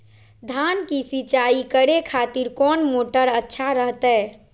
धान की सिंचाई करे खातिर कौन मोटर अच्छा रहतय?